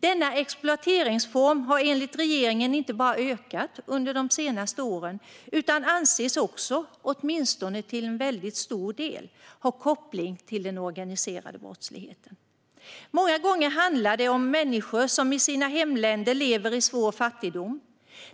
Denna exploateringsform har enligt regeringen inte bara ökat under de senaste åren utan anses också, åtminstone till en stor del, ha koppling till den organiserade brottsligheten. Många gånger handlar det om människor som i sina hemländer lever i svår fattigdom.